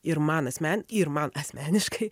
ir man asmen ir man asmeniškai